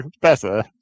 better